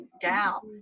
gal